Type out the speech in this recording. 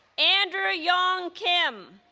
andrew yong kim